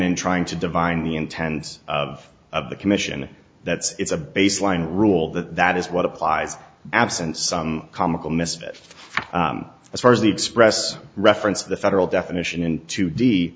canon trying to divine the intense of of the commission that's it's a baseline rule that that is what applies absent some comical mischief as far as the express reference of the federal definition in two d